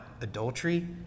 adultery